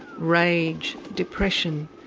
rage, depression,